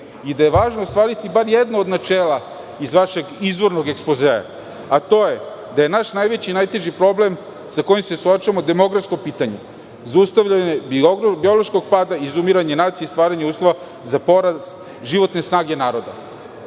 i da je važno ostvariti bar jedno od načela iz vašeg izvornog ekspozea, a to je da je naš najveći i najteži problem sa kojim se suočavamo demografsko pitanje, zaustavljanje biološkog pada, izumiranja nacije i stvaranja uslova za porast životne snage naroda,